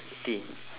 T